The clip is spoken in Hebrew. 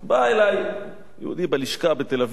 בא אלי יהודי בלשכה בתל-אביב.